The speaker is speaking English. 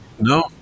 No